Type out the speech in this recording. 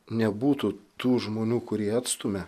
nebūtų tų žmonių kurie atstumia